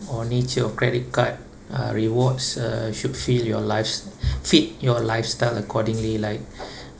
or nature of credit card uh rewards uh should fill your lifes~ fit your lifestyle accordingly like